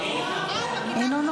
צריך לתת